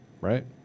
right